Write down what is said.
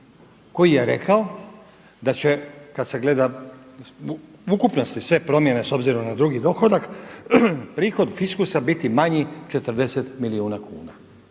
koji je rekao, da će kad se gleda ukupnosti sve promjene s obzirom na drugi dohodak prihod fiskusa biti manji 40 milijuna kuna.